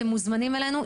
אתם מוזמנים אלינו,